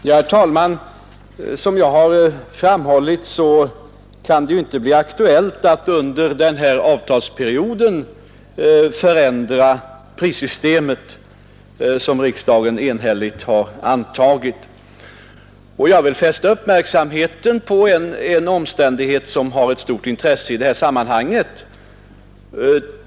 Herr talman! Som jag har framhållit kan det inte bli aktuellt att under löpande avtalsperiod förändra det prissystem som riksdagen enhälligt har antagit. Jag vill fästa uppmärksamheten på en omständighet som har ett stort intresse i det här sammanhanget.